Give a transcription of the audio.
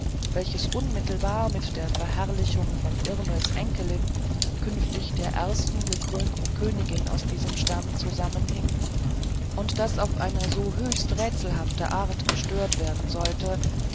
welches unmittelbar mit der verherrlichung von irmels enkelin künftig der ersten gekrönten königin aus diesem stamm zusammenhing und das auf eine so höchst rätselhafte art gestört werden sollte